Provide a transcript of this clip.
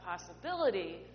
possibility